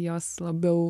jos labiau